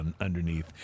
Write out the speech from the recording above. underneath